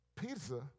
pizza